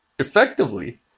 effectively